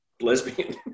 lesbian